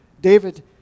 David